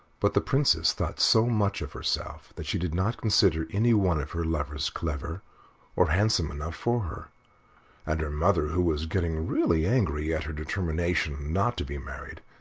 but the princess thought so much of herself that she did not consider any one of her lovers clever or handsome enough for her and her mother, who was getting really angry at her determination not to be married,